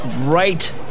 Right